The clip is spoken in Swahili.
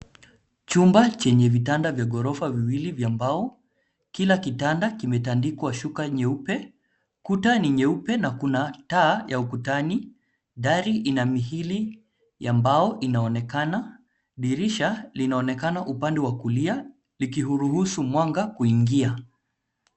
Chumba chenye vitanda vya ghorofa viwili vya mbao, kila kitanda kimetandikwa shuka nyeupe. Kuta ni nyeupe na kuna taa ya ukutani. Dari ina miili ya mbao inaonekana. Dirisha linaonekana upande wa kulia, likiuruhusu mwanga kuingia.